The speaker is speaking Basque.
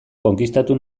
konkistatu